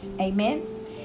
amen